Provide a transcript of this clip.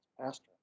pastor